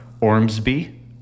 Ormsby